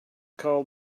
call